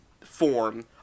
form